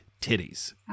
titties